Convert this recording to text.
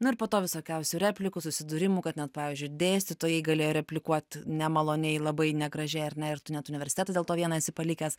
na ir po to visokiausių replikų susidūrimų kad net pavyzdžiui dėstytojai galėjo replikuot nemaloniai labai negražiai ar ne ir tu net universitetą dėl to vieną esi palikęs